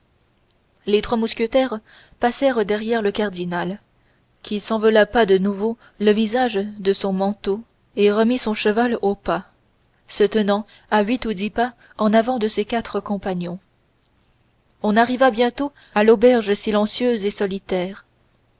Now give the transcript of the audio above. les trois mousquetaires passèrent derrière le cardinal qui s'enveloppa de nouveau le visage de son manteau et remit son cheval en marche se tenant à huit ou dix pas en avant de ses quatre compagnons on arriva bientôt à l'auberge silencieuse et solitaire